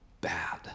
bad